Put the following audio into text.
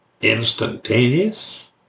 instantaneous